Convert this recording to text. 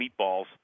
Meatballs